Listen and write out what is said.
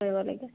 কৰিব লাগে